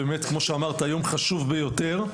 באמת כמו שאמרת - יום חשוב ביותר.